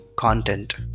content